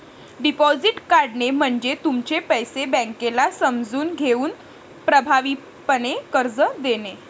deposit काढणे म्हणजे तुमचे पैसे बँकेला समजून घेऊन प्रभावीपणे कर्ज देणे